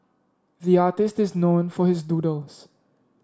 the artist is known for his doodles